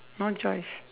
no choice